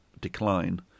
decline